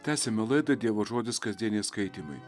tęsiame laidą dievo žodis kasdieniai skaitymai